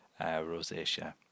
rosacea